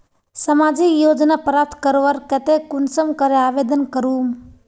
सामाजिक योजना प्राप्त करवार केते कुंसम करे आवेदन करूम?